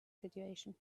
situation